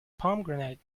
pomegranate